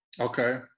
Okay